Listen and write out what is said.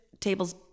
table's